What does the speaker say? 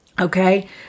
Okay